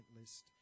list